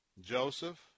Joseph